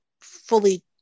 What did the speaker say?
fully